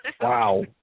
Wow